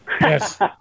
Yes